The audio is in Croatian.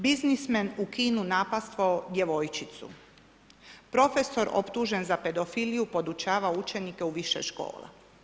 Biznismen u kinu napastvovao djevojčicu, profesor optužen za pedofiliju podučava učenike u više škola.